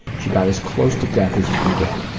she got as close to death as you can get.